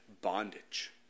bondage